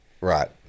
Right